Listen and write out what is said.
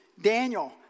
Daniel